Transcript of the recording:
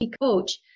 coach